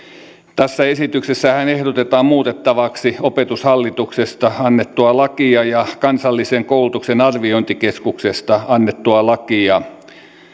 tässä esityksessähän ehdotetaan muutettavaksi opetushallituksesta annettua lakia ja kansallisesta koulutuksen arviointikeskuksesta annettua lakia